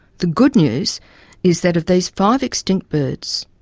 the good news is that of these five extinct birds,